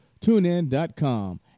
TuneIn.com